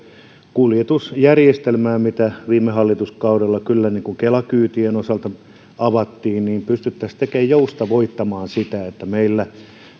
kuljetusjärjestelmää mitä viime hallituskaudella kyllä kela kyytien osalta avattiin pystyttäisiin joustavoittamaan niin että meillä